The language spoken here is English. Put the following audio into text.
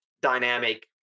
dynamic